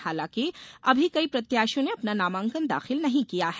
हालांकि अभी कई प्रत्याशियों ने अपना नामांकन दाखिल नहीं किया है